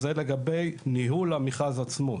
אז זה לגבי ניהול המכרז עצמו,